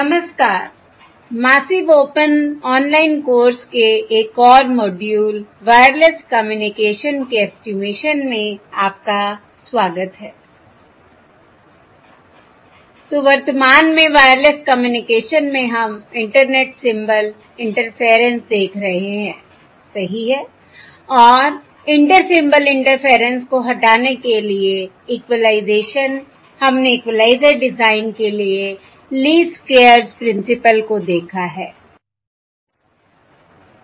नमस्कार massive open online course के एक और मॉड्यूल वायरलेस कम्युनिकेशन के ऐस्टीमेशन में आपका स्वागत हैIतो वर्तमान में वायरलेस कम्युनिकेशन में हम इंटरनेट सिंबल इंटरफेरेंस देख रहे हैंसही हैI और इंटर सिंबल इंटरफेरेंस को हटाने के लिए इक्विलाइजेशन हमने इक्वलाइजर डिजाइन के लिए लीस्ट स्क्वेयर्स प्रिंसिपल को देखा है सही